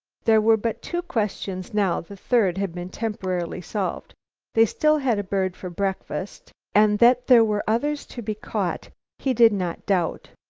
there were but two questions now the third had been temporarily solved they still had a bird for breakfast, and that there were others to be caught he did not doubt.